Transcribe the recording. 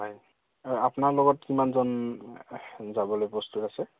হয় আপোনাৰ লগত কিমানজন যাবলৈ প্ৰস্তুত আছে